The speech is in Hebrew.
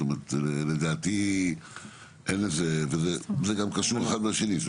זה גם קשור אחד לשני.